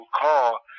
call